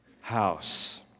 house